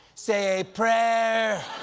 say a prayer!